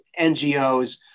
NGOs